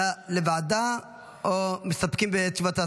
לוועדה או מסתפקים בתשובת השר?